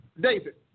David